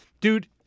Dude